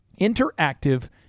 interactive